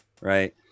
right